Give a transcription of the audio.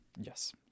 Yes